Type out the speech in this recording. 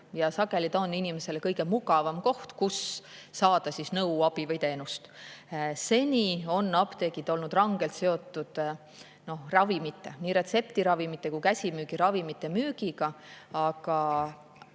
ja sageli ta on inimesele kõige mugavam koht, kust saada nõu, abi või teenust. Seni on apteegid olnud rangelt seotud ravimite, nii retseptiravimite kui ka käsimüügiravimite müügiga, aga